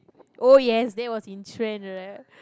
oh yes that was in trend right